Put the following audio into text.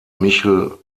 michel